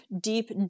deep